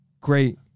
great